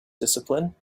discipline